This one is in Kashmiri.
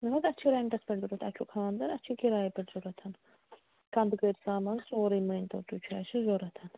نہ حظ اسہِ چھِ رٮ۪نٹَس پٮ۪ٹھ ضوٚرَتھ اَسہِ چھُ خانٛدَر اَسہِ چھِ کرایہِ پٮ۪ٹھ ضوٚرَتھ کَنٛدکٔر سامان سورُے مانۍ تَو تُہۍ اَسہِ چھُ ضوٚرَتھ